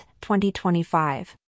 2025